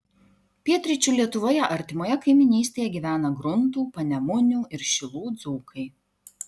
pietryčių lietuvoje artimoje kaimynystėje gyvena gruntų panemunių ir šilų dzūkai